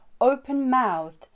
open-mouthed